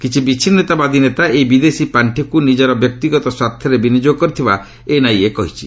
କିଛି ବିଚ୍ଛିନ୍ତାବାଦୀ ନେତା ଏହି ବିଦେଶୀ ପାଣ୍ଠିକ୍ ନିଜର ବ୍ୟକ୍ତିଗତ ସ୍ୱାର୍ଥରେ ବିନିଯୋଗ କର୍ତ୍ଥବା ଏନ୍ଆଇଏ କହିଛି